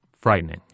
frightening